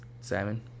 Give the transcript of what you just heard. Simon